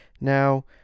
Now